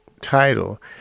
title